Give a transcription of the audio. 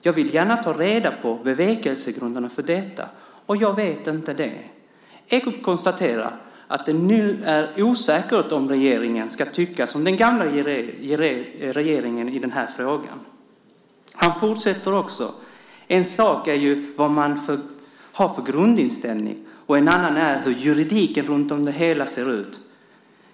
Jag vill gärna ta reda på bevekelsegrunderna för detta, och jag vet inte det! Ekot konstaterar att det nu är osäkert om regeringen ska tycka som den gamla regeringen i den här frågan. Littorin fortsätter: En sak är vad man har för grundinställning, och en annan är hur juridiken runtom det hela ser ut.